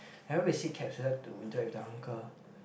ever we sit cabs we like to interact with the uncle